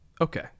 Okay